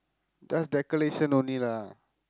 just decoration only lah